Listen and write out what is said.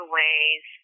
ways